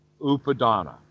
Upadana